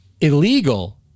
illegal